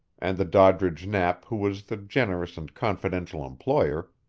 and the doddridge knapp who was the generous and confidential employer,